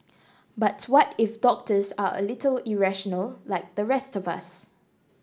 but what if doctors are a little irrational like the rest of us